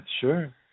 sure